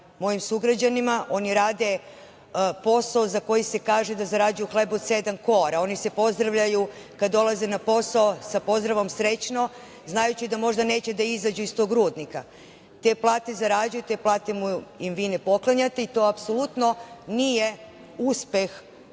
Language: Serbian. mojim sugrađanima. Oni rade posao za koji se kaže da „zarađuju hleb od sedam kora“. Oni se pozdravljaju kada odlaze na posao sa pozdravom „srećno“, znajući da neće možda izaći iz tog rudnika. Te plate zarađuju, te plate im vi ne poklanjate, i to apsolutno nije uspeh